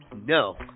No